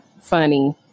funny